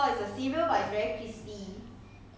no wait why is it nice